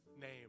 name